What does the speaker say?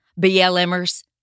BLMers